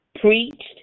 preached